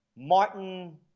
Martin